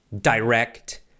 direct